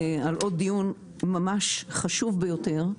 על עוד דיון ממש חשוב ביותר.